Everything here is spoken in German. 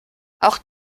auch